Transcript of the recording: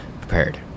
prepared